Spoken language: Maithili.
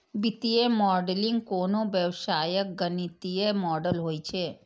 वित्तीय मॉडलिंग कोनो व्यवसायक गणितीय मॉडल होइ छै